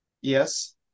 Yes